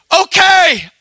Okay